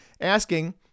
Asking